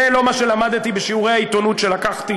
זה לא מה שלמדתי בשיעורי העיתונות שלקחתי